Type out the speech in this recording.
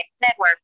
network